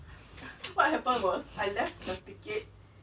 what happened was I left the it